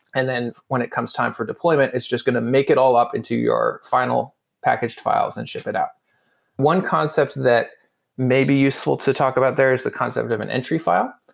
and then when it comes time for deployment, it's just going to make it all up into your final packaged files and ship it out one concept that may be useful to talk about, there is the concept of an entry file.